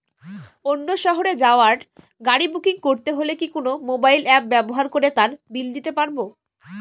অন্য শহরে যাওয়ার গাড়ী বুকিং করতে হলে কি কোনো মোবাইল অ্যাপ ব্যবহার করে তার বিল দিতে পারব?